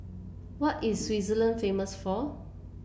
what is Switzerland famous for